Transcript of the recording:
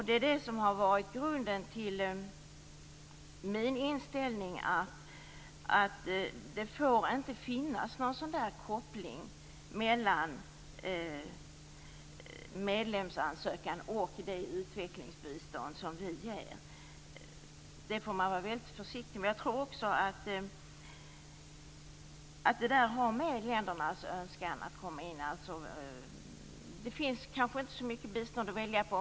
Det är det som har varit grunden till min inställning att det inte får finnas någon sådan koppling mellan medlemsansökan och det utvecklingsbistånd som vi ger. Det får man vara väldigt försiktig med. Jag tror också att det har med ländernas önskan att komma in att göra. Det finns kanske inte så mycket bistånd att välja mellan.